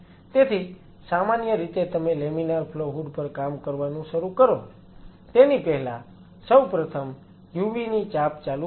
તેથી સામાન્ય રીતે તમે લેમિનાર ફ્લો હૂડ પર કામ કરવાનું શરૂ કરો તેની પહેલાં સૌપ્રથમ UV ની ચાંપ ચાલુ કરવી